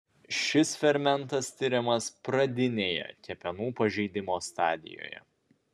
šis fermentas tiriamas pradinėje kepenų pažeidimo stadijoje